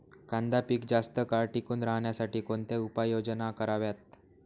कांदा पीक जास्त काळ टिकून राहण्यासाठी कोणत्या उपाययोजना कराव्यात?